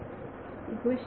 विद्यार्थी इक्वेशन